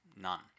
none